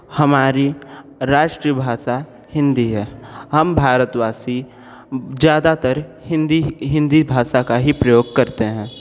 हमारी राष्ट्रीय भाषा हिंदी है हम भारतवासी ज़्यादातर हिंदी हिंदी भाषा का ही प्रयोग करते हैं